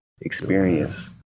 experience